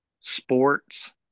sports